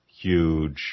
huge